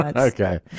Okay